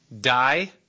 die